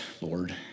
Lord